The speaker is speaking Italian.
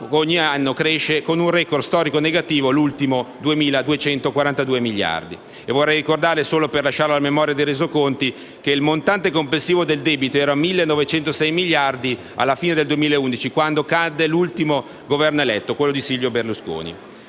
ogni anno cresce con un *record* storico in negativo (l'ultimo pari a 2.242 miliardi di euro). E vorrei ricordare, solo per lasciarlo alla memoria dei Resoconti, che il montante complessivo del debito era di 1.906 miliardi alla fine del 2011, quando cadde l'ultimo Governo eletto, quello di Silvio Berlusconi.